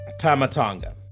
Tamatanga